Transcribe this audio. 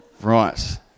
Right